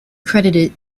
credited